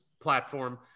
platform